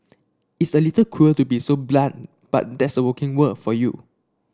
it's a little cruel to be so blunt but that's working world for you